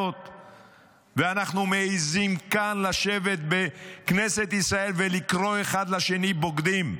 ואנחנו מעיזים כאן לשבת בכנסת ישראל ולקרוא אחד לשני בוגדים?